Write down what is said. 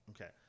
Okay